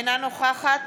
אינה נוכחת